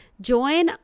join